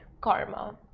karma